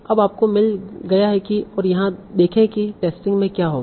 अब आपको मिल गया है और यहां देखें कि टेस्टिंग में क्या होगा